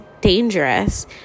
dangerous